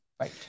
Right